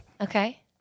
Okay